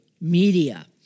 media